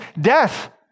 death